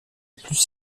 plus